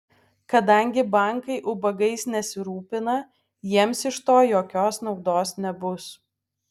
kadangi bankai ubagais nesirūpina jiems iš to jokios naudos nebus